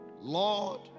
Lord